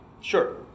sure